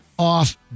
Off